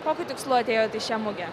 kokiu tikslu atėjot į šią mugę